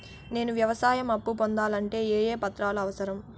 నేను వ్యవసాయం అప్పు పొందాలంటే ఏ ఏ పత్రాలు అవసరం?